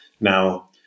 Now